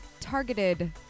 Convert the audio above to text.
targeted